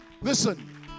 Listen